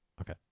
Okay